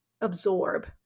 absorb